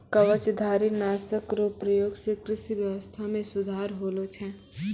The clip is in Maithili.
कवचधारी नाशक रो प्रयोग से कृषि व्यबस्था मे सुधार होलो छै